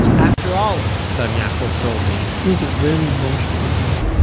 after all, his son yaakov told me, he was a very emotional guy.